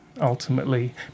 ultimately